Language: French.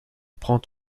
prend